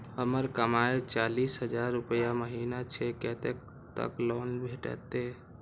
हमर कमाय चालीस हजार रूपया महिना छै कतैक तक लोन भेटते?